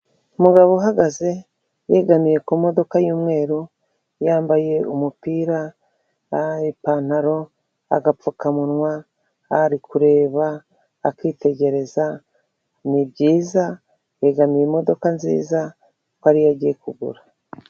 Umugabo uhagaze yegamiye ku modoka y'umweru, yambaye umupira, ipantaro, agapfukamunwa, ari kureba akitegereza, ni byiza yegamiye imodoka nziza kuko ari iyo agiye kugura.